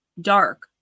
dark